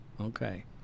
Okay